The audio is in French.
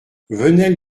venelle